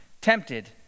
tempted